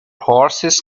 horses